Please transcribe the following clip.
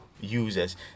users